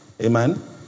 Amen